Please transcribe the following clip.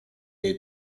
jej